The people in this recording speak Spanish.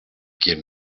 quien